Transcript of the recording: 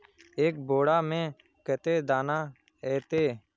एक बोड़ा में कते दाना ऐते?